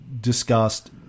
discussed